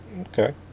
okay